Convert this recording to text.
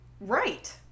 Right